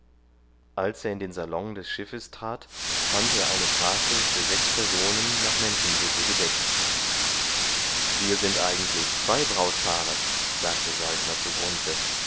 als er in den salon des schiffes trat fand er eine tafel für sechs personen nach menschensitte gedeckt wir sind eigentlich zwei brautpaare sagte saltner zu